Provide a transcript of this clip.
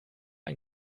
ein